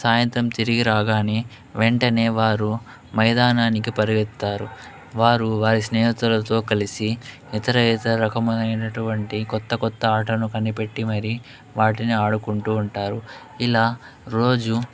సాయంత్రం తిరిగి రాగానే వెంటనే వారు మైదానానికి పరిగెత్తుతారు వారు వారి స్నేహితులతో కలిసి ఇతర ఇతర రకమైనటువంటి కొత్త కొత్త ఆటను కనిపెట్టి మరీ వాటిని ఆడుకుంటూ ఉంటారు ఇలా రోజు